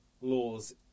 Laws